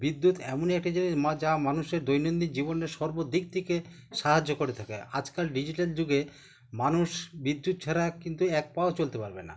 বিদ্যুৎ এমনই একটা জিনিস মা যা মানুষের দৈনন্দিন জীবনের সর্ব দিক থেকে সাহায্য করে থাকে আজকাল ডিজিটাল যুগে মানুষ বিদ্যুৎ ছাড়া কিন্তু এক পাও চলতে পারবে না